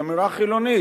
היא אמירה חילונית,